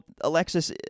Alexis